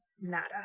Nada